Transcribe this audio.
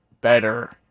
better